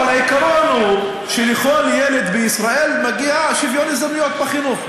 אבל העיקרון הוא שלכל ילד בישראל מגיע שוויון הזדמנויות בחינוך,